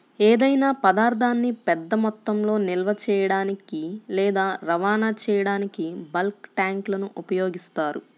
ఏదైనా పదార్థాన్ని పెద్ద మొత్తంలో నిల్వ చేయడానికి లేదా రవాణా చేయడానికి బల్క్ ట్యాంక్లను ఉపయోగిస్తారు